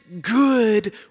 good